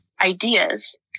ideas